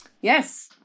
Yes